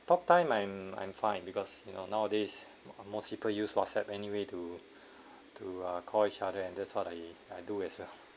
talk time I'm I'm fine because you know nowadays most people use whatsapp anyway to to ah call each other and that's what I do as well